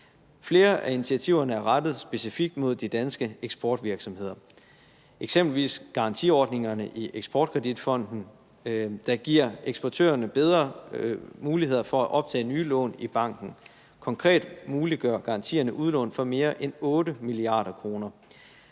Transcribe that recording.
Flere af initiativerne er rettet specifikt mod de danske eksportvirksomheder, eksempelvis garantiordningerne i Eksport Kredit Fonden, der giver eksportørerne bedre muligheder for at optage nye lån i banken. Konkret muliggør garantierne udlån for mere end 8 mia. kr.